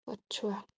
ପଛୁଆ